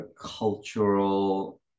cultural